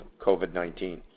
COVID-19